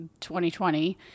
2020